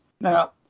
Now